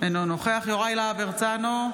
אינו נוכח יוראי להב הרצנו,